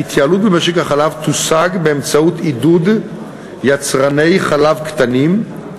ההתייעלות במשק החלב תושג באמצעות עידוד יצרני חלב קטנים,